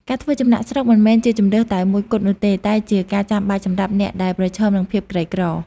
ការធ្វើចំណាកស្រុកមិនមែនជាជម្រើសតែមួយគត់នោះទេ តែជាការចាំបាច់សម្រាប់អ្នកដែលប្រឈមនឹងភាពក្រីក្រ។